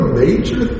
major